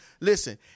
Listen